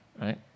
right